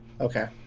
Okay